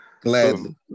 Gladly